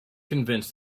convince